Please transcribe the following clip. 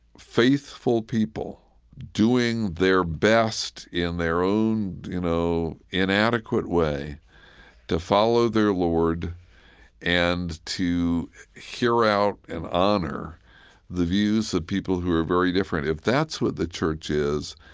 faithful people doing their best in their own, you know, inadequate way to follow their lord and to hear out and honor the views of people who are very different, if that's what the church is,